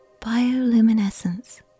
Bioluminescence